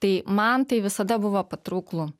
tai man tai visada buvo patrauklu